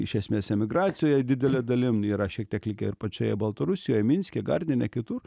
iš esmės emigracijoj didele dalim yra šiek tiek likę ir pačioje baltarusijoj minske gardine kitur